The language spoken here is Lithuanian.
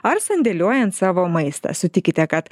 ar sandėliuojant savo maistą sutikite kad